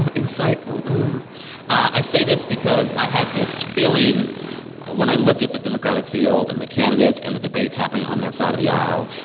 insightful i say this because i have this feeling when i look at the democratic field and the candidates and the debates happening on that side of the aisle,